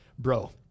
Bro